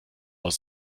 aus